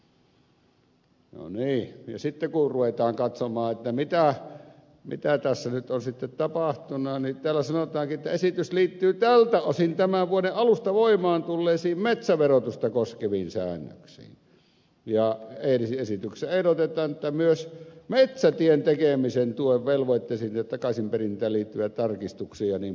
no niin ja sitten kun ruvetaan katsomaan mitä tässä nyt on sitten tapahtunut niin täällä sanotaankin että esitys liittyy tältä osin tämän vuoden alusta voimaan tulleisiin metsäverotusta koskeviin säännöksiin ja esityksessä ehdotetaan että myös metsätien tekemisen tuen velvoitteisiin ja takaisinperintään liittyviä tarkistuksia jnp